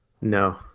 No